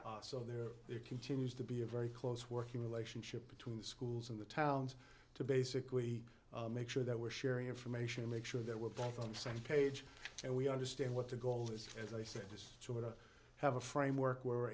already so there there continues to be a very close working relationship between the schools and the towns to basically make sure that we're sharing information to make sure that we're both on the same page and we understand what the goal is as i said just sort of have a framework were